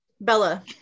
Bella